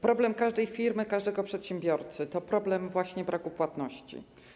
Problem każdej firmy, każdego przedsiębiorcy to problem braku płatności.